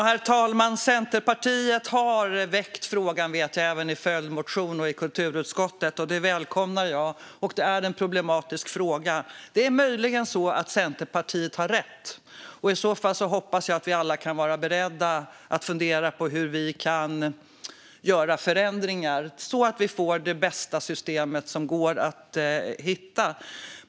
Herr talman! Centerpartiet har väckt denna fråga även i en följdmotion och i kulturutskottet, vet jag. Det välkomnar jag. Det är en problematisk fråga. Det är möjligen så att Centerpartiet har rätt. I så fall hoppas jag att vi alla kan vara beredda på att fundera på förändringar, så att vi får det bästa system som går att hitta.